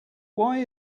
why